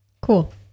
Cool